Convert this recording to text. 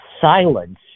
silence